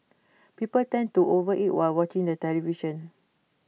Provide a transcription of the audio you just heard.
people tend to overeat while watching the television